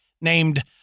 named